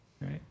right